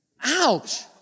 ouch